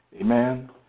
Amen